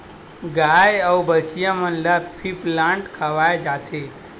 गाय अउ बछिया मन ल फीप्लांट खवाए जाथे